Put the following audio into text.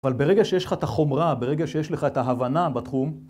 אבל ברגע שיש לך את החומרה, ברגע שיש לך את ההבנה בתחום,